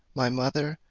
my mother,